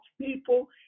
people